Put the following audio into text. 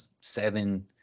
seven